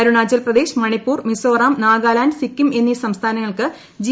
അരുണാചൽ പ്രദേശ് മണിപ്പൂർ മിസോറാം നാഗാലാൻഡ് സിക്കിം എന്നീ സംസ്ഥാനങ്ങൾക്ക് ജി